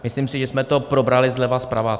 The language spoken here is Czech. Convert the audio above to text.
Myslím, že jsme to probrali zleva, zprava.